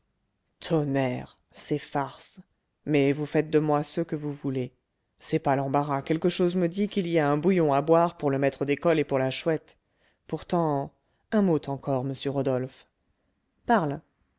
tonnerre c'est farce mais vous faites de moi ce que vous voulez c'est pas l'embarras quelque chose me dit qu'il y a un bouillon à boire pour le maître d'école et pour la chouette pourtant un mot encore monsieur rodolphe parle